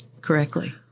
correctly